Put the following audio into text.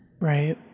right